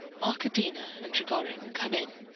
arkadina and trigorin come in,